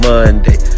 Monday